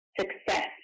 success